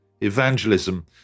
evangelism